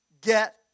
get